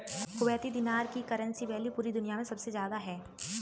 Kuwaiti दीनार की currency value पूरी दुनिया मे सबसे ज्यादा है